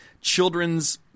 children's